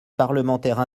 parlementaires